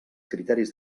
criteris